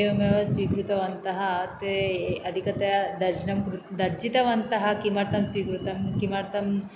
एवमेव स्वीकृतवन्तः ते अधिकतया तर्जनं तर्जितावन्तः किमर्थं स्वीकृतम् किमर्थम्